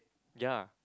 ya